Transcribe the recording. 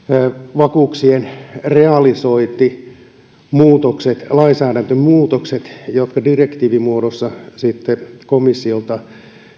vakuuksien realisointimuutokset lainsäädäntömuutokset jotka direktiivin muodossa sitten komissiolta